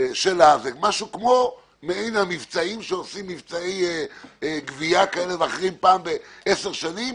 משהו כמו מבצעי הגבייה שעושים פעם בעשר שנים.